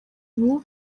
ubu